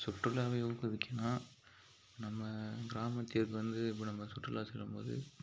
சுற்றுலாவை ஊக்குவிக்கணுன்னா நம்ம கிராமத்திற்கு வந்து இப்போ நம்ம சுற்றுலா செல்லும்போது